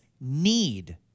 need